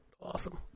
awesome